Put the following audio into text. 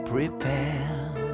Prepare